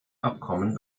abkommen